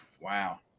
wow